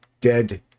dead